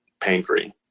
pain-free